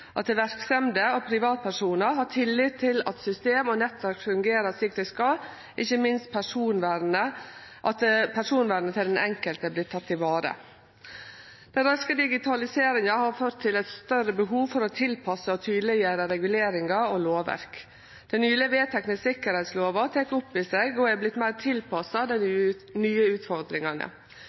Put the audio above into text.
at verksemder og privatpersonar har tillit til at system og nettverk fungerer slik det skal, ikkje minst at personvernet til den enkelte vert teke i vare. Den raske digitaliseringa har ført til eit større behov for å tilpasse og tydeleggjere reguleringar og lovverk. Den nyleg vedtekne sikkerheitslova tek opp i seg og har vorte meir tilpassa dei nye